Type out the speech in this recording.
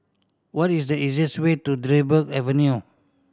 what is the easiest way to Dryburgh Avenue